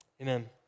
Amen